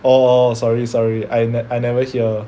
oh sorry sorry I I never hear